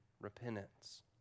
repentance